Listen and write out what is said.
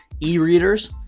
e-readers